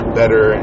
better